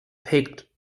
picked